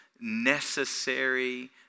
necessary